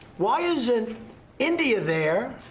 why isn't india there,